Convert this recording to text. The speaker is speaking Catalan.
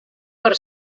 per